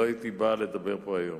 לא הייתי בא לדבר פה היום.